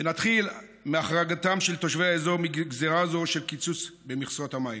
ונתחיל מהחרגתם של תושבי האזור מגזרה זו של קיצוץ במכסות המים.